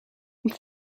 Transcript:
there